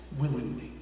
willingly